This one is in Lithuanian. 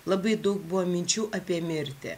labai daug buvo minčių apie mirtį